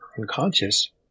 unconscious